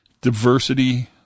diversity